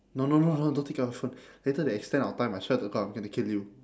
no no no don't don't take out your phone later they extend our time I swear to god I'm going to kill you